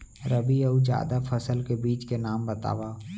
रबि अऊ जादा फसल के बीज के नाम बताव?